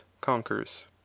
CONQUERS